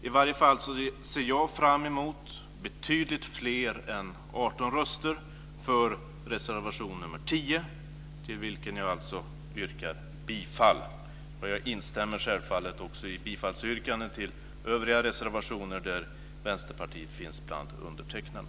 I varje fall ser jag fram emot betydligt fler än 18 Jag instämmer självfallet också i bifallsyrkandena till övriga reservationer där vänsterpartister finns bland undertecknarna.